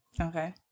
Okay